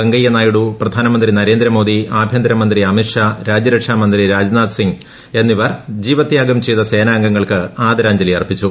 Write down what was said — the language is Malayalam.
വെങ്കയ്യനായിഡു പ്രധാനമന്ത്രി നരേന്ദ്രമോദി ആഭൃന്തരമന്ത്രി അമിത്ഷാ രാജ്യരക്ഷാമന്ത്രി രാജ്നാഥ് സിംഗ് എന്നിവർ ജീവതൃാഗം ചെയ്ത സേനാംഗങ്ങൾക്ക് ആദരാഞ്ജലി അർപ്പിച്ചു